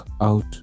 out